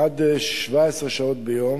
עד 17 שעות ביום,